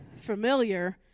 familiar